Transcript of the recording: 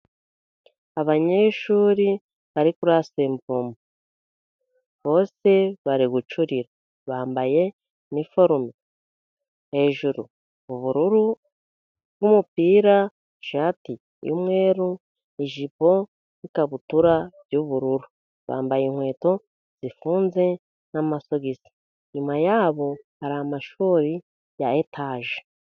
Abanyeshuri bari kuri rasamburoma bose bari gucurira. Bambaye iniforume hejuru ubururu bw'umupira, ishati y'umweru, ijipo n'ikabutura by'ubururu. Bambaye inkweto zifunze n'amasogi. Inyuma yabo hari amashuri ya etaje.